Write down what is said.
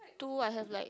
two I have like